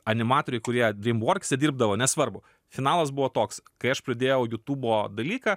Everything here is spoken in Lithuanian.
animatoriai kurie drimvorkse nesvarbu finalas buvo toks kai aš pradėjau jutubo dalyką